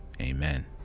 Amen